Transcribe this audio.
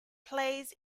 plays